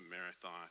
marathon